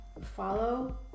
follow